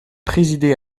présidé